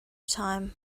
time